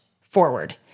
forward